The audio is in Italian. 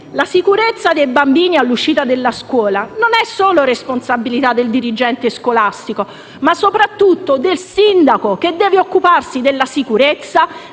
La sicurezza dei bambini all'uscita della scuola non è solo responsabilità del dirigente scolastico, ma sopratutto del sindaco che deve occuparsi della sicurezza,